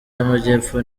y’amajyepfo